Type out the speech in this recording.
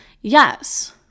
Yes